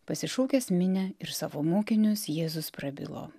pasišaukęs minią ir savo mokinius jėzus prabilo